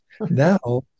Now